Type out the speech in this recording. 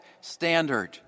standard